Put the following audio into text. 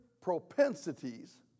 propensities